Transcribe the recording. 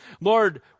Lord